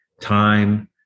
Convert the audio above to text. time